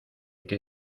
que